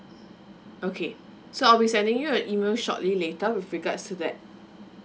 okay so I'll be sending you an email shortly later with regards to that